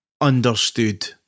understood